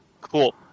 Cool